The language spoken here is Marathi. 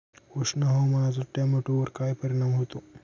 उष्ण हवामानाचा टोमॅटोवर काय परिणाम होतो?